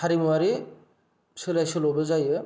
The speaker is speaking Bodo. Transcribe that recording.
हारिमुवारि सोलायसोलबो जायो